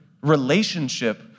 relationship